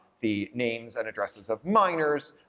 the names and addresses of minors,